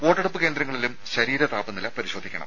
വോട്ടെടുപ്പ് കേന്ദ്രങ്ങളിലും ശരീര താപനില പരിശോധിക്കണം